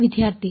ವಿದ್ಯಾರ್ಥಿ